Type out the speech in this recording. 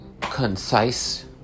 concise